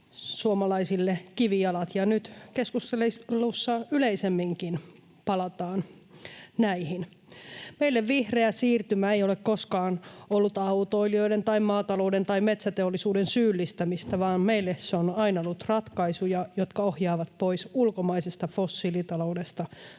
suomalaisille, kivijalat, ja nyt keskustelussa yleisemminkin palataan näihin. Meille vihreä siirtymä ei ole koskaan ollut autoilijoiden tai maatalouden tai metsäteollisuuden syyllistämistä, vaan meille se on aina ollut ratkaisuja, jotka ohjaavat pois ulkomaisesta fossiilitaloudesta